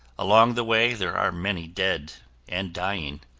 along the way, there are many dead and dying.